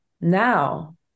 now